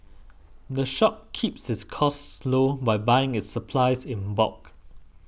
the shop keeps its costs low by buying its supplies in bulk